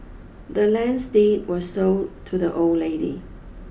the land's deed was sold to the old lady